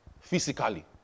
physically